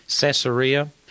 Caesarea